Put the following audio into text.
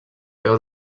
peu